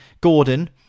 Gordon